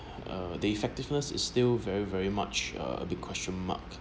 uh the effectiveness is still very very much uh big question mark